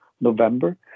November